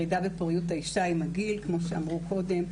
אז אראה לכם כמה גרפים מכמה מקומות בעולם.